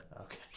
Okay